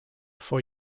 for